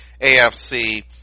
AFC